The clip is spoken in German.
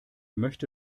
möchte